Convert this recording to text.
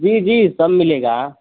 जी जी सब मिलेगा